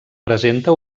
presenta